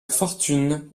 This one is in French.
fortune